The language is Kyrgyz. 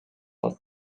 алат